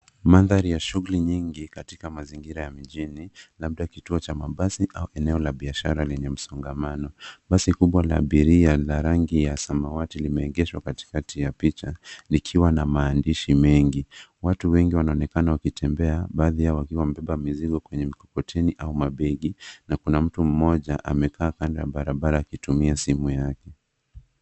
Mandhari ya shughuli nyingi katika mazingira ya mijini, labda kituo cha mabasi au eneo la biashara lenye msongamano. Basi kubwa la abiria la rangi ya samawati limeegeshwa katikati ya picha likiwa na maandishi mengi. Watu wengi wanaonekana wakitembea baadhi yao wakiwa mbeba mizigo kwenye mikokoteni au mabegi na kuna mtu mmoja amekaa kanda barabara akitumia simu yake.